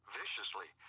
viciously